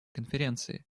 конференции